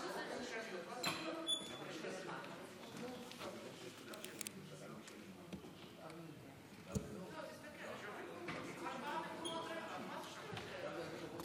בבקשה.